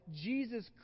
Jesus